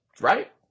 right